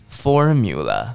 formula